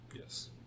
Yes